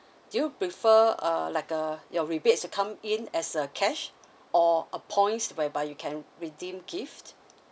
do you prefer uh like uh your rebates to come in as a cash or a points whereby you can redeem gift